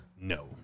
No